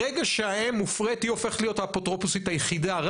ברגע שהאם מופרית היא הופכת להיות האפוטרופוסית היחידה.